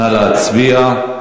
נא להצביע.